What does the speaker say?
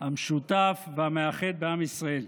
המשותף והמאחד בעם ישראל.